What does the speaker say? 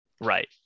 Right